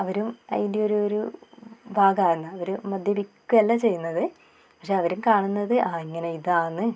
അവരും അതിൻ്റെ ഒരു ഒരു ഭാഗമാകുന്നു അവർ മദ്യപിക്കുകയല്ല ചെയ്യുന്നത് പക്ഷേ അവരും കാണുന്നത് ആ ഇങ്ങനെ ഇതാന്ന്